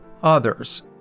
others